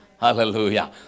Hallelujah